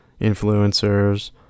influencers